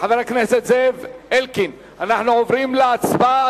חבר הכנסת זאב אלקין, אנחנו עוברים להצבעה.